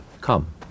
Come